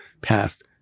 passed